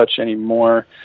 anymore